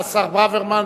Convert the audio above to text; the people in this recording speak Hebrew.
השר ברוורמן,